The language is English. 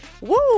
Woo